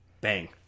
Bang